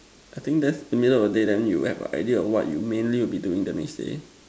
I think that's the middle of the day then you will have a idea of what you mainly will be doing the next day